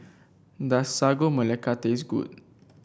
does Sagu Melaka taste good